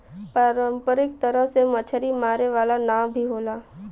पारंपरिक तरह से मछरी मारे वाला नाव भी होला